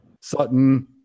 Sutton